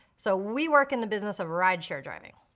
so we work in the business of rideshare driving.